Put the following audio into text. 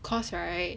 cause right